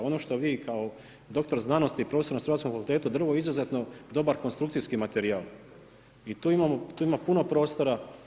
Ono što vi kao doktor znanosti i profesor na strojarskom fakultetu drvo je izuzetno dobar konstrukcijski materijal i tu ima puno prostora.